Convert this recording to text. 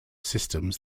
systems